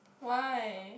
why